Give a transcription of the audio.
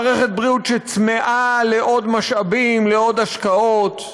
מערכת בריאות שצמאה לעוד משאבים, לעוד השקעות.